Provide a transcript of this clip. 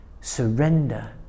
Surrender